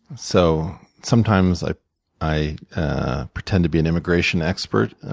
so sometimes, i i pretend to be an immigration expert,